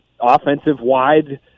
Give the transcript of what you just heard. offensive-wide